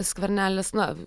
skvernelis na